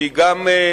שהיא גם שמחה